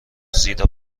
زیرا